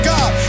God